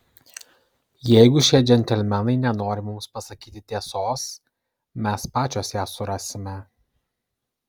jeigu šie džentelmenai nenori mums pasakyti tiesos mes pačios ją surasime